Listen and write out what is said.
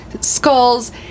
Skulls